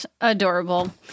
Adorable